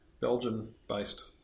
Belgian-based